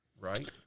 right